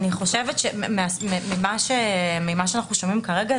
אני חושבת שממה שאנחנו שומעים כרגע,